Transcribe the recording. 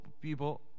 people